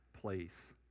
place